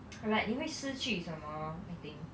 like 你会失去什么 I think